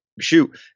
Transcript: shoot